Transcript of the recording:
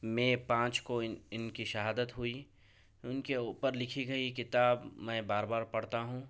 میں پانچ کو ان ان کی شہادت ہوئی ان کے اوپر لکھی گئی کتاب میں بار بار پڑھتا ہوں